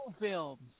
films